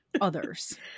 Others